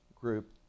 group